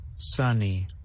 Sunny